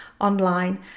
online